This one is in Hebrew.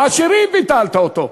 לעשירים ביטלת אותו.